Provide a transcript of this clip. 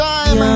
Time